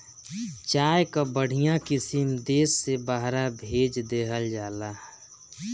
चाय कअ बढ़िया किसिम देस से बहरा भेज देहल जाला